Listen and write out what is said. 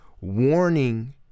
warning